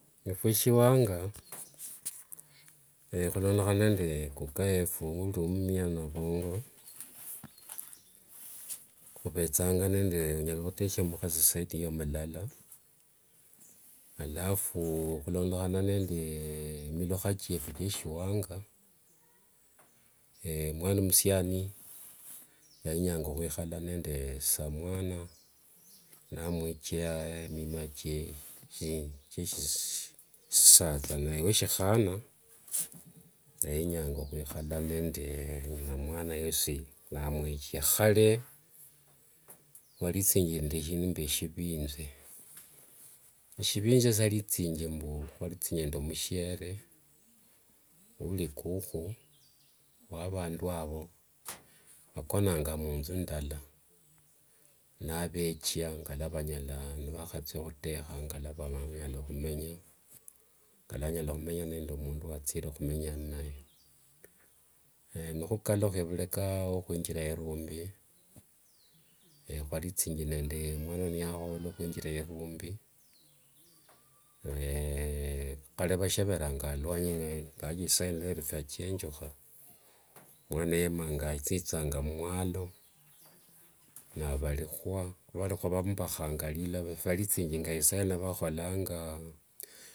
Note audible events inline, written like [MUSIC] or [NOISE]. Efwe shiwanga [NOISE] khulondekhana nende kuja wefu uli mumia nabongo [NOISE] khuvethanga nende e onyala khuteshia mkhasi zaidi ya mulala. Alafu khulondekhana nende milukha chiefu chieshiwanga [HESITATION] mwana musiani [NOISE] yainyanga khwikhala nende samwana namwechia mima chie [HESITATION] sisatha. Naye weshikhana [NOISE] yainyanga khwikhala nende nginamwana yesi namwechia. Khale khwalithingi nde shindu mbu sivinje. Eshivinje shialithingi mbu, khwalithingi nde mushiere, ouli kukhu wa vandu avo. Khwakonanga munthu ndala, navechia ngavalanyala nivakhathia khuteshia ngavalanyala khumenya. Ngalanyala khumenya nende mundu wathire khumenya inaye [HESITATION] nikhukalukha vureka wokhwinjira erumbe [HESITATION] [NOISE] khwalithingi nde [NOISE] mwana niyakhola khwinjira irumbi [HESITATION] khale vasheveranga aluanyi, ingawaje isaino phindu fyachenjukha. Mwana yemanga, yathithanga umwalo [NOISE] navalikhua, khuvalikhua vamuvakhanga lilova fyalithingi ngisaino vakholanga. [HESITATION]